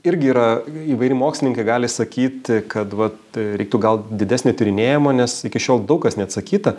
irgi yra įvairi mokslininkai gali sakyt kad vat reiktų gal didesnio tyrinėjimo nes iki šiol daug kas neatsakyta